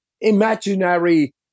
imaginary